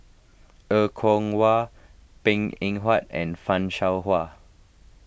Er Kwong Wah Png Eng Huat and Fan Shao Hua